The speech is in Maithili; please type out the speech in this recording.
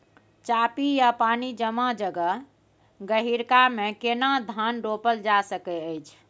चापि या पानी जमा जगह, गहिरका मे केना धान रोपल जा सकै अछि?